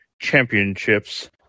Championships